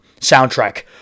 soundtrack